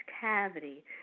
cavity